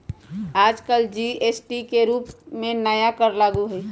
आजकल जी.एस.टी के रूप में नया कर लागू हई